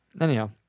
Anyhow